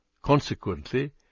Consequently